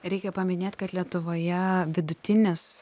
reikia paminėt kad lietuvoje vidutinis